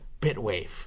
Bitwave